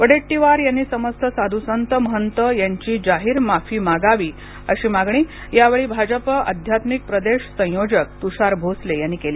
वडेट्टीवार यांनी समस्त साध्यसंत महंत यांची जाहिर माफी मागावी अशी मागणी यावेळी भाजपा आध्यात्मिक प्रदेश संयोजक तुषार भोसले यांनी केली